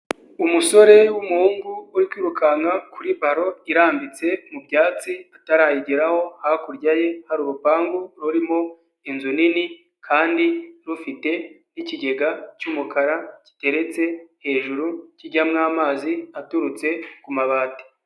Umusore w'umuhungu uri kwirukanka kuri baro irambitse mu byatsi atarayigeraho, hakurya ye hari urupangu rurimo inzu nini kandi rufite ikigega cy'umukara giteretse hejuru kijyamo amazi aturutse ku mabati.